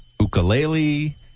ukulele